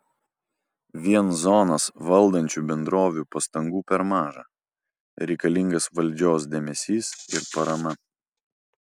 vien zonas valdančių bendrovių pastangų per maža reikalingas valdžios dėmesys ir parama